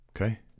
Okay